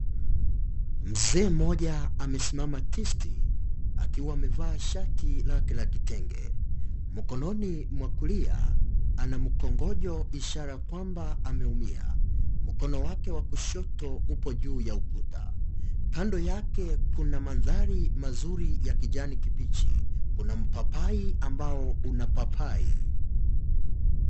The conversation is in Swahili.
Mzee mmoja amesimama tisti akiwa amevaa shati lake la kitenge. Mkononi mwa kulia ana mkongoja ishara kwamba ameumia. Mkono wake wa kushoto uko juu ya ukuta. Kando yake kuna mandhari mazuri ya kijani kibichi. Kuna mpapai ambao una papai.